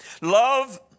Love